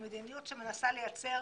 היא מדיניות שמנסה לייצר